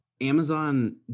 amazon